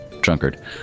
drunkard